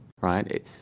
right